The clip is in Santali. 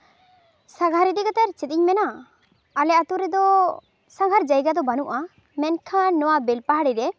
ᱥᱟᱸᱜᱷᱟᱨ ᱤᱫᱤ ᱠᱟᱛᱮ ᱟᱨ ᱪᱮᱫ ᱤᱧ ᱢᱮᱱᱟ ᱟᱞᱮ ᱟᱛᱳ ᱨᱮᱫᱚ ᱥᱟᱸᱜᱷᱟᱨ ᱡᱟᱭᱜᱟ ᱫᱚ ᱵᱟᱹᱱᱩᱜᱼᱟ ᱢᱮᱱᱠᱷᱟᱱ ᱱᱚᱣᱟ ᱵᱮᱞᱯᱟᱦᱟᱲᱤ ᱨᱮ